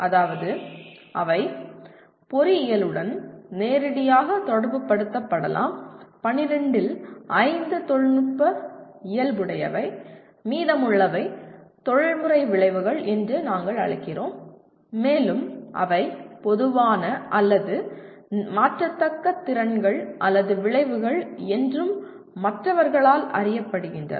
அதாவது அவை பொறியியலுடன் நேரடியாக தொடர்புபடுத்தப்படலாம் 12 இல் 5 தொழில்நுட்ப இயல்புடையவை மீதமுள்ளவை தொழில்முறை விளைவுகள் என்று நாங்கள் அழைக்கிறோம் மேலும் அவை பொதுவான அல்லது மாற்றத்தக்க திறன்கள் அல்லது விளைவுகள் என்றும் மற்றவர்களால் அறியப்படுகின்றன